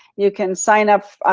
you can sign up,